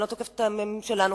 אני לא תוקפת את הממשלה הנוכחית,